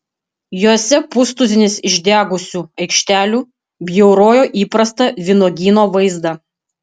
jose pustuzinis išdegusių aikštelių bjaurojo įprastą vynuogyno vaizdą